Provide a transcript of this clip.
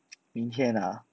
明天啊